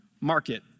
market